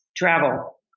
Travel